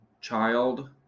child